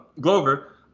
Glover